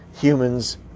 Humans